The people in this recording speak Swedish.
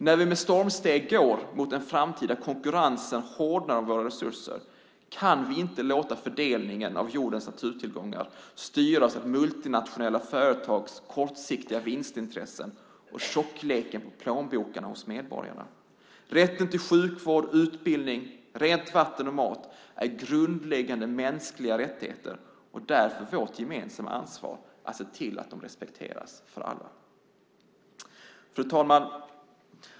När vi med stormsteg går mot en framtid där konkurrensen om våra resurser hårdnar kan vi inte låta fördelningen av jordens naturtillgångar styras av multinationella företags kortsiktiga vinstintresse och tjockleken på medborgarnas plånböcker. Rätten till sjukvård, utbildning, rent vatten och mat är grundläggande mänskliga rättigheter, och därför är det vårt gemensamma ansvar att se till att de respekteras för alla. Fru talman!